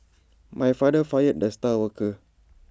my father fired the star worker